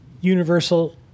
universal